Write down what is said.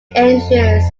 ensues